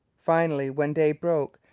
finally, when day broke,